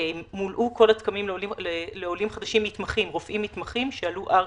מולאו כל התקנים לעולים חדשים רופאים מתמחים שעלו ארצה.